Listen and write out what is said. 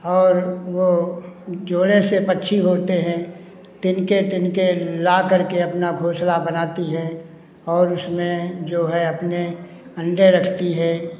और वो जोड़े से पक्षी होते हैं तिनके तिनके लाकर के अपना घोंसला बनाती हैं और उसमें जो है अपने अंडे रखती हैं